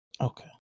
Okay